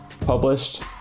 published